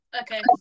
Okay